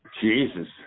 Jesus